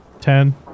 Ten